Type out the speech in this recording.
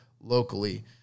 locally